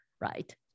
right